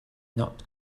not